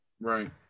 Right